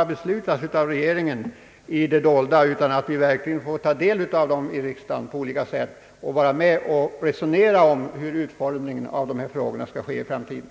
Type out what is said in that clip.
att beslut i dessa frågor inte bara skall fattas av regeringen i det fördolda, utan att vi verkligen får ta del av dem i riksdagen på olika sätt och att vi får vara med och resonera om utformningen av dessa frågor i framtiden.